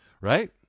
right